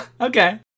Okay